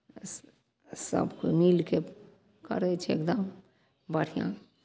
स् सभ कोइ मिलि कऽ करै छै एकदम बढ़िआँ